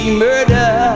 murder